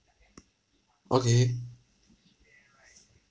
okay